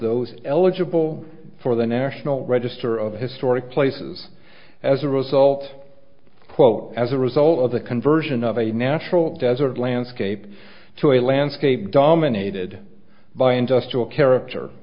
those eligible for the national register of historic places as a result quote as a result of the conversion of a natural desert landscape to a landscape dominated by industrial character